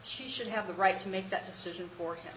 she should have the right to make that decision for him